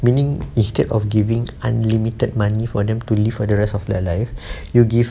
meaning instead of giving unlimited money for them to live for the rest of their life you give